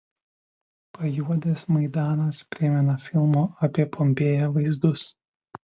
pajuodęs maidanas primena filmo apie pompėją vaizdus